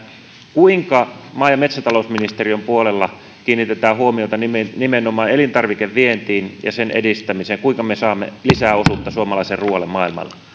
kuinka maa ja metsätalousministeriön puolella kiinnitetään huomiota nimenomaan elintarvikevientiin ja sen edistämiseen ja kuinka me saamme lisää osuutta suomalaiselle ruoalle maailmalla